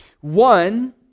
one